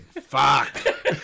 Fuck